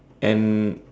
and